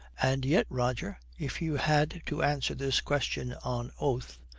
and yet, roger, if you had to answer this question on oath,